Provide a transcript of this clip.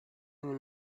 nim